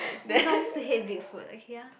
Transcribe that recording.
oh my god I used to hate Big Foot okay ya